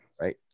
right